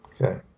Okay